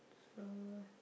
so